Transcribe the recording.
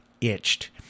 itched